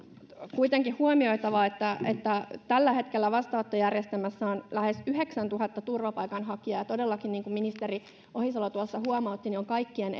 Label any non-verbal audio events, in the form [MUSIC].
kuitenkin huomioitava että että tällä hetkellä vastaanottojärjestelmässä on lähes yhdeksäntuhatta turvapaikanhakijaa todellakin niin kuin ministeri ohisalo tuossa huomautti on kaikkien [UNINTELLIGIBLE]